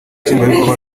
nshingwabikorwa